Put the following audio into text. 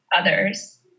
others